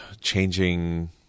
changing